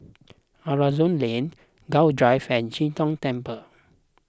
Aroozoo Lane Gul Drive and Chee Tong Temple